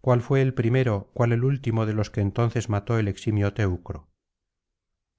cuál fué el primero cuál el último de los que entonces mató el eximio teucro